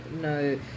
no